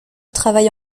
travaille